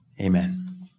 Amen